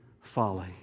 Folly